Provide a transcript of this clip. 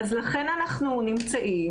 אז לכן אנחנו נמצאים,